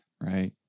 right